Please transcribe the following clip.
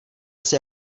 asi